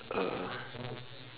uh